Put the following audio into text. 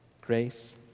Grace